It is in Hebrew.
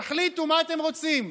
תחליטו מה אתם רוצים.